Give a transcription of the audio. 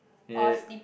head